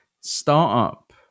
startup